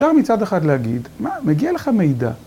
‫אפשר מצד אחד להגיד, ‫מה, מגיע לך מידע.